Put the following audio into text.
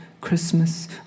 Christmas